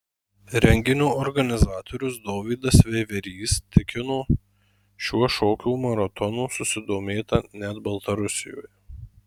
renginio organizatorius dovydas veiverys tikino šiuo šokių maratonų susidomėta net baltarusijoje